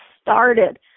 started